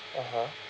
(uh huh)